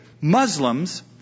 Muslims